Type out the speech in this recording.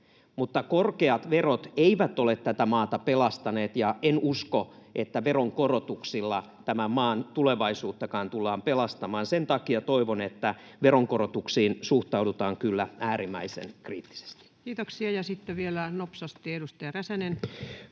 Mutta korkeat verot eivät ole tätä maata pelastaneet, ja en usko, että veronkorotuksilla tämän maan tulevaisuuttakaan tullaan pelastamaan. Sen takia toivon, että veronkorotuksiin suhtaudutaan kyllä äärimmäisen kriittisesti. Kiitoksia. — Sitten vielä nopsasti edustaja Räsänen.